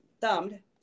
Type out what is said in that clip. thumbed